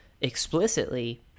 explicitly